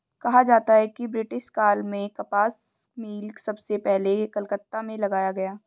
कहा जाता है कि ब्रिटिश काल में कपास मिल सबसे पहले कलकत्ता में लगाया गया